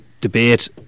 debate